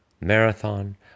marathon